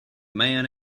man